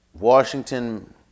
Washington